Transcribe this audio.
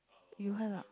you have ah